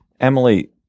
Emily